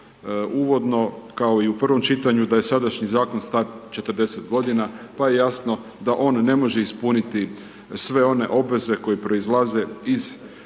uvodno, kao i u prvom čitanju, da je sadašnji Zakon star 40 godina, pa je jasno da on ne može ispuniti sve one obveze koje proizlaze iz